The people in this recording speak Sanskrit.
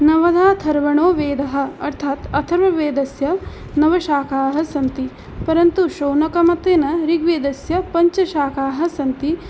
नवधाथर्वणो वेदः अर्थात् अथर्ववेदस्य नव शाखाः सन्ति परन्तु शौनकमतेन ऋग्वेदस्य पञ्च शाखाः सन्ति